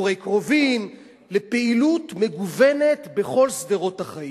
לביקורי קרובים, לפעילות מגוונת בכל שדרות החיים.